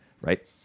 right